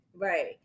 right